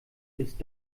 ist